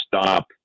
stop